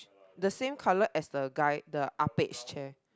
the same colour as the guy the Ah Pek chair